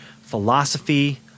philosophy